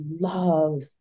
love